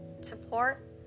support